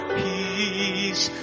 peace